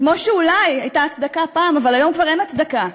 כמו שאולי הייתה הצדקה פעם אבל היום כבר אין הצדקה.